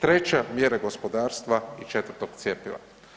Treća mjera gospodarstva i četvrto cjepiva.